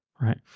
Right